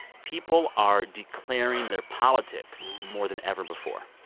people are declaring their politics more than ever before.